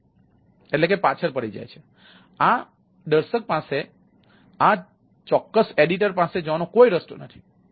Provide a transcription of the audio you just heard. હવે આ દર્શક પાસે આ ચોક્કસ એડિટર પાસે જવાનો કોઈ રસ્તો નથી